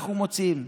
אנחנו מוציאים.